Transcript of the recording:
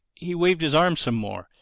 he waved his arms some more.